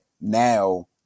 now